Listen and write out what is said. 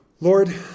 Lord